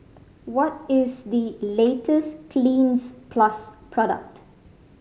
what is the latest Cleanz Plus product